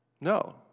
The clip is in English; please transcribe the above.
No